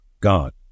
God